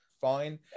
fine